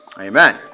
Amen